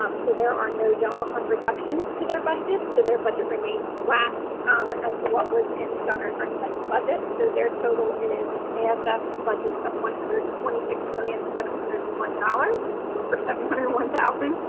um so there are no general fund reductions to their budget. so, their budget remains flat as to what was in the governor's recommended budget. so, their total is an asf budget of one hundred and twenty six million seven hundred and one dollars or seven hundred and one thousand